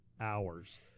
hours